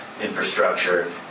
infrastructure